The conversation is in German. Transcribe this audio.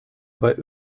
aber